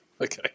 okay